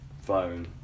phone